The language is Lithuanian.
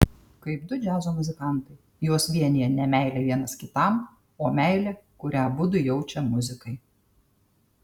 kaip du džiazo muzikantai juos vienija ne meilė vienas kitam o meilė kurią abudu jaučia muzikai